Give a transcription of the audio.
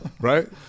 Right